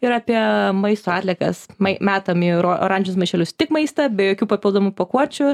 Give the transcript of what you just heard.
ir apie maisto atliekas ma metam į oranžinius maišelius tik maistą be jokių papildomų pakuočių